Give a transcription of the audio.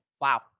wow